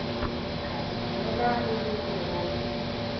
हाँ गुलाब भी दीजिएगा